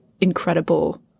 incredible